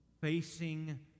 facing